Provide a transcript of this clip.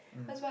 mm